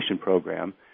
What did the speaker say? program